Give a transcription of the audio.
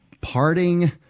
parting